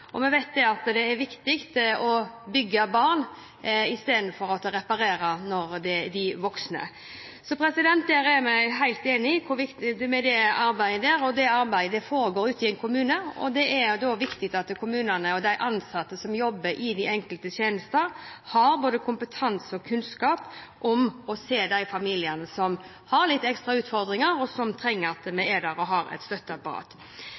og ikke minst hvor viktig det er at vi må jobbe forebyggende, komme tidlig inn og hjelpe de familiene som har utfordringer. Vi vet at det er viktig å bygge barn i stedet for å reparere når de er voksne. Så vi er helt enige om hvor viktig det er med det arbeidet. Det arbeidet foregår ute i en kommune, og det er da viktig at kommunene og de ansatte som jobber i de enkelte tjenester, både har kompetanse og kunnskap om å se de